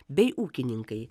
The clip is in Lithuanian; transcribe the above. bei ūkininkai